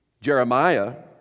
Jeremiah